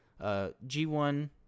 G1